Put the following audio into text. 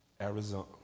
Arizona